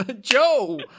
Joe